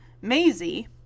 Maisie